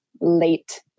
late